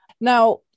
Now